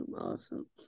awesome